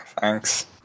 thanks